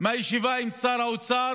מהישיבה עם שר האוצר.